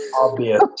obvious